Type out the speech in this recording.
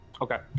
Okay